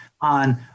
on